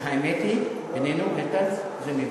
האמת היא, בינינו, איתן, זה מביך.